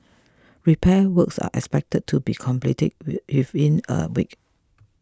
repair works are expected to be completed with if in a week